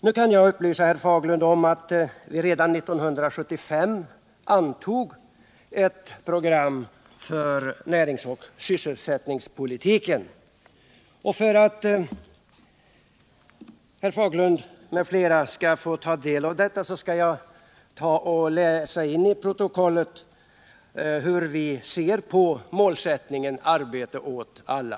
Nu kan jag upplysa herr Fagerlund om att vi redan 1975 antog ett program för näringsoch sysselsättningspolitiken. För att herr Fagerlund m.fl. skall kunna ta del av detta program skall jag läsa in i protokollet hur vi ser på målsättningen Arbete åt alla.